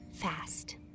Fast